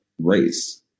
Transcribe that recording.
race